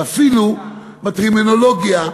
ואפילו בטרמינולוגיה.